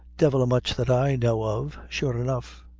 divil a much that i know of, sure enough.